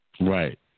Right